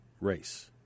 race